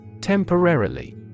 Temporarily